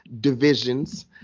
divisions